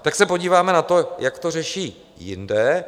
Tak se podíváme na to, jak to řeší jinde.